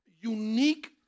unique